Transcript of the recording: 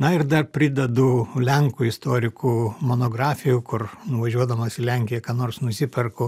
na ir dar pridedu lenkų istorikų monografijų kur nuvažiuodamas į lenkiją ką nors nusiperku